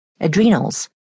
adrenals